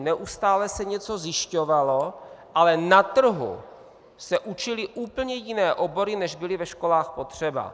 Neustále se něco zjišťovalo, ale na trhu se učily úplně jiné obory, než byly ve školách potřeba.